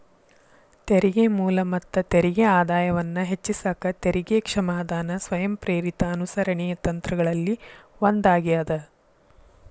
ತೆರಿಗೆ ಮೂಲ ಮತ್ತ ತೆರಿಗೆ ಆದಾಯವನ್ನ ಹೆಚ್ಚಿಸಕ ತೆರಿಗೆ ಕ್ಷಮಾದಾನ ಸ್ವಯಂಪ್ರೇರಿತ ಅನುಸರಣೆ ತಂತ್ರಗಳಲ್ಲಿ ಒಂದಾಗ್ಯದ